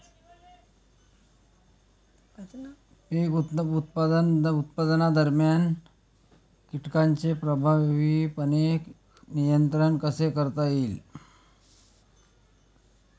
पीक उत्पादनादरम्यान कीटकांचे प्रभावीपणे नियंत्रण कसे करता येईल?